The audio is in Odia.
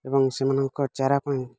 ଏବଂ ସେମାନଙ୍କ ଚାରା ପାଇଁ